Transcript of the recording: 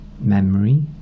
Memory